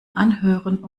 anhören